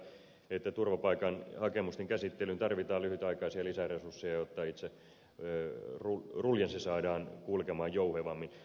vistbackan kanssa siitä että turvapaikkahakemusten käsittelyyn tarvitaan lyhytaikaisia lisäresursseja jotta itse ruljanssi saadaan kulkemaan jouhevammin